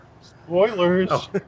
spoilers